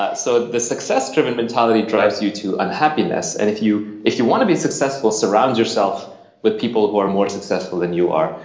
so the success driven mentality drives you to unhappiness and if you if you want to be successful, surround yourself with people who are more successful than you are.